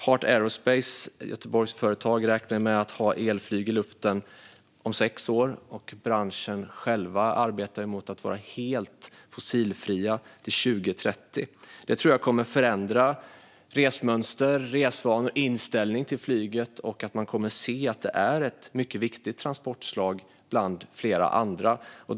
Göteborgsföretaget Heart Aerospace räknar med att ha elflyg i luften om sex år, och branschen själv arbetar mot att vara helt fossilfri till 2030. Detta tror jag kommer att förändra resmönster, resvanor och inställning till flyget. Man kommer att se att det är ett mycket viktigt transportslag, bland flera andra.